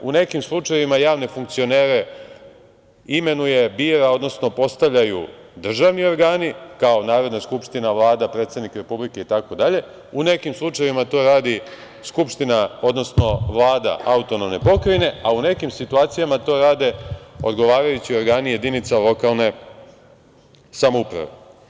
U nekim slučajevima javne funkcionere imenuje, bira odnosno postavljaju državni organi, kao Narodna skupština, Vlada, predsednik Republike itd, u nekim slučajevima to radi skupština odnosno vlada autonomne pokrajine, a u nekim situacijama to rade odgovarajući organi jedinica lokalne samouprave.